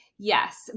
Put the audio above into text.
Yes